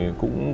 cũng